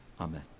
Amen